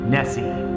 Nessie